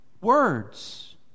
words